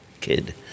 kid